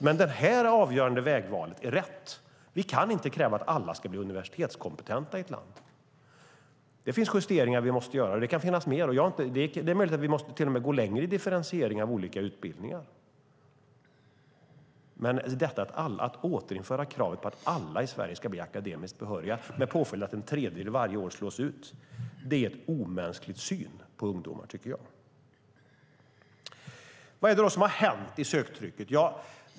Men detta avgörande vägval är rätt. Vi kan inte kräva att alla i ett land ska bli universitetskompetenta. Det finns justeringar vi måste göra. Det kan finnas mer. Det är möjligt att vi till och med måste gå längre i differentieringar av olika utbildningar. Men att återinföra kravet på att alla i Sverige ska bli akademiskt behöriga med påföljd att en tredjedel varje år slås ut är en omänsklig syn på ungdomar. Vad är det som har hänt i söktrycket?